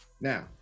Now